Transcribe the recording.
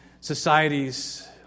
societies